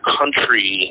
country